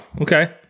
Okay